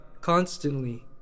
constantly